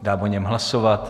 Dám o něm hlasovat.